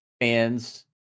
fans